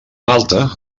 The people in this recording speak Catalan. malta